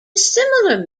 similar